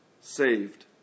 saved